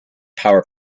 power